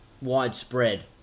widespread